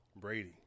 Brady